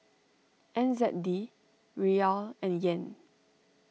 N Z D Riyal and Yen